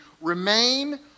remain